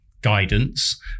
guidance